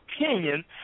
opinion